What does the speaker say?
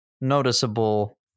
noticeable